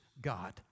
God